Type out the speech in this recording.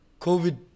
COVID